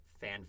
fan